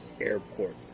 airport